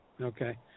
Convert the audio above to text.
okay